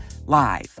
live